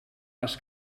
les